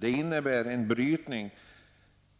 Det innebär en brytning